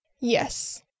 Yes